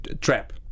trap